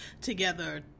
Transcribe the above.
together